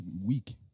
week